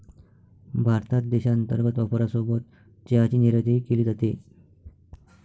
भारतात देशांतर्गत वापरासोबत चहाची निर्यातही केली जाते